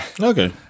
Okay